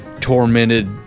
tormented